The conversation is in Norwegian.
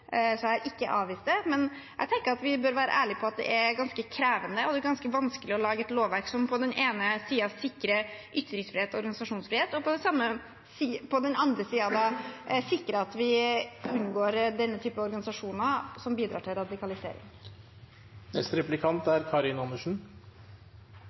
Så jeg har ikke avvist det. Men jeg tenker vi bør være ærlige på at det er ganske krevende og vanskelig å lage et lovverk som på den ene siden sikrer ytringsfrihet og organisasjonsfrihet, og på den andre siden sikrer at vi unngår denne typen organisasjoner, som bidrar til